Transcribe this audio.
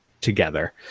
together